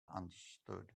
understood